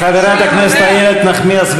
אתם אלה שתגמרו את גושי ההתיישבות.